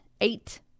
eight